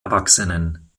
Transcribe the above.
erwachsenen